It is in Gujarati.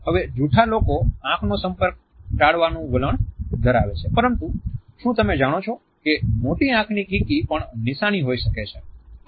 હવે જૂઠા લોકો આંખનો સંપર્ક ટાળવાનું વલણ ધરાવે છે પરંતુ શું તમે જાણો છો કે મોટી આંખની કીકી પણ નિશાની હોઈ શકે છે